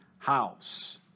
house